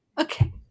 Okay